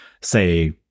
say